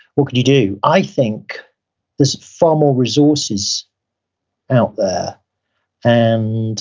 what can you do? i think there's far more resources out there and